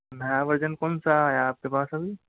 नया वर्ज़न कौनसा आया आपके पास अभी